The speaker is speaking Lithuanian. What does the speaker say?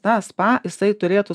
tą spa jisai turėtų